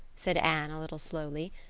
said anne, a little slowly.